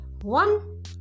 One